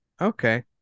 Okay